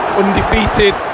undefeated